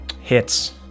Hits